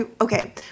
okay